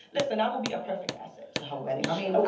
listen i will be a perfect asset to her wedding, i mean.